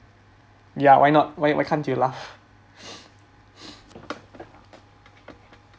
ya why not why why can't you laugh